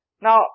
Now